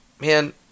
Man